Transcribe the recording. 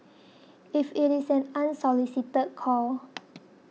if it is an unsolicited call